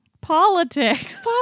politics